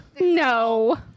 No